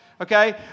Okay